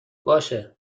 باشه